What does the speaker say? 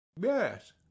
Yes